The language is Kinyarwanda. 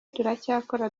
turacyakora